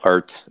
Art